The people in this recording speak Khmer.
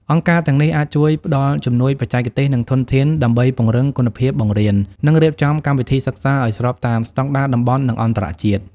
អង្គការទាំងនេះអាចជួយផ្តល់ជំនួយបច្ចេកទេស និងធនធានដើម្បីពង្រឹងគុណភាពបង្រៀន និងរៀបចំកម្មវិធីសិក្សាឱ្យស្របតាមស្តង់ដារតំបន់ និងអន្តរជាតិ។